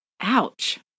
Ouch